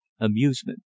amusement